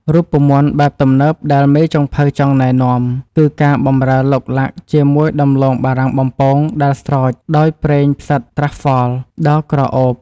រូបមន្តបែបទំនើបដែលមេចុងភៅចង់ណែនាំគឺការបម្រើឡុកឡាក់ជាមួយដំឡូងបារាំងបំពងដែលស្រោចដោយប្រេងផ្សិតត្រាហ្វហ្វល (Truffle) ដ៏ក្រអូប។